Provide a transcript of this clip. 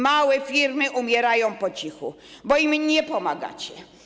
Małe firmy umierają po cichu, bo im nie pomagacie.